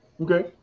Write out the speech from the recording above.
Okay